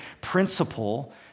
principle